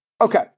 Okay